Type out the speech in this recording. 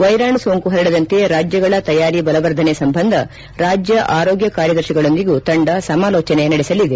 ವೈರಾಣು ಸೋಂಕು ಹರಡದಂತೆ ರಾಜ್ಯಗಳ ತಯಾರಿ ಬಲವರ್ಧನೆ ಸಂಬಂಧ ರಾಜ್ಯ ಆರೋಗ್ಯ ಕಾರ್ಯದರ್ಶಿಗಳೊಂದಿಗೂ ತಂಡ ಸಮಾಲೋಚನೆ ನಡೆಸಲಿದೆ